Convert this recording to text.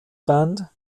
band